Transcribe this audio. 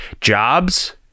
jobs